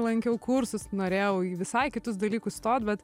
lankiau kursus norėjau į visai kitus dalykus stot bet